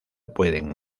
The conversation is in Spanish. pueden